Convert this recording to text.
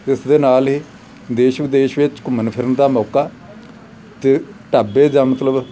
ਇਸ ਦੇ ਨਾਲ ਹੀ ਦੇਸ਼ ਵਿਦੇਸ਼ ਵਿੱਚ ਘੁੰਮਣ ਫਿਰਨ ਦਾ ਮੌਕਾ ਅਤੇ ਢਾਬੇ ਜਾਂ ਮਤਲਬ